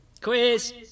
Quiz